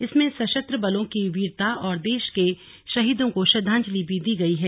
इसमें सशस्त्र बलों की वीरता और देश के शहीदों को श्रद्वांजलि भी दी गई है